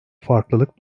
farklılık